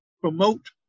promote